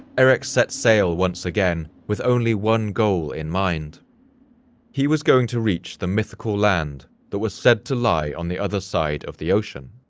erik set sail once again with only one goal in mind he was going to reach the mythical land that was said to lie on the other side of the ocean.